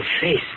face